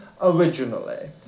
originally